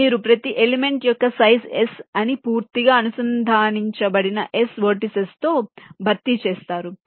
మీరు ప్రతి ఎలిమెంట్ యొక్క సైజ్ s ని పూర్తిగా అనుసంధానించబడిన s వెర్టిసిస్ తో భర్తీ చేస్తారు